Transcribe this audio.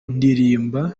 ndirimba